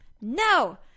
No